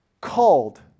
called